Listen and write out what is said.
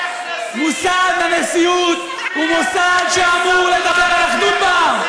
מוסד הנשיאות הוא מוסד שאמור לדבר על אחדות בעם,